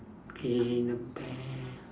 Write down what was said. okay the bear